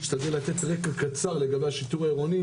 אני אשתדל לתת רקע קצר לגבי השיטור העירוני